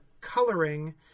coloring